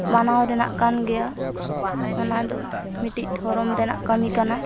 ᱢᱟᱱᱟᱣ ᱨᱮᱱᱟᱜ ᱠᱟᱱ ᱜᱮᱭᱟ ᱚᱱᱟᱫᱚ ᱢᱤᱫᱴᱤᱡ ᱫᱷᱚᱨᱚᱢ ᱨᱮᱱᱟᱜ ᱠᱟᱹᱢᱤ ᱠᱟᱱᱟ